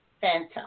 phantom